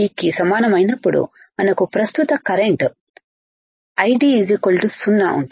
కి సమానమైనప్పుడు మనకు ప్రస్తుత కరెంటు ID0 ఉంటుంది